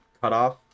cutoff